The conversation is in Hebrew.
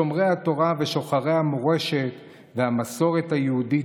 שומרי התורה ושוחרי המורשת והמסורת היהודית,